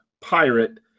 pirate